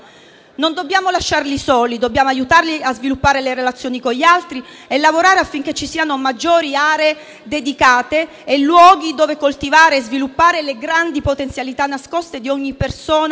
Non dobbiamo lasciarli soli, ma dobbiamo aiutarli a sviluppare le relazioni con gli altri e lavorare affinché ci siano maggiori aree dedicate e luoghi dove coltivare e sviluppare le grandi potenzialità nascoste di ogni persona